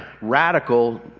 radical